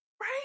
Right